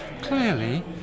Clearly